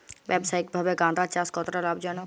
ব্যবসায়িকভাবে গাঁদার চাষ কতটা লাভজনক?